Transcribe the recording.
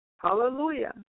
Hallelujah